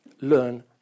learn